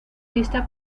vista